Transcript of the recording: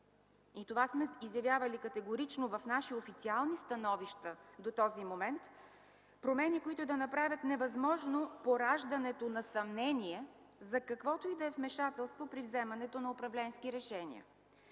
това сме заявявали категорично в наши официални становища до този момент, промени, които да направят невъзможно пораждането на съмнение за каквото и да е вмешателство при вземането на управленски решения.